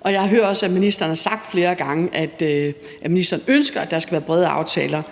Og jeg har også hørt ministeren sige flere gange, at ministeren ønsker, at der skal være brede aftaler.